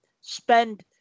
spend